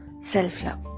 self-love